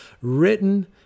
written